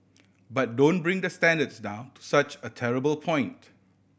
but don't bring the standards down to such a terrible point